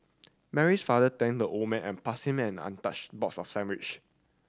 Mary's father thanked the old man and passed him an untouched box of sandwich